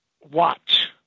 watch